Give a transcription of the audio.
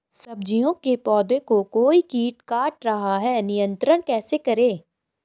सब्जियों के पौधें को कोई कीट काट रहा है नियंत्रण कैसे करें?